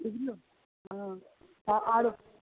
बुझियौ हाँ तऽ आरो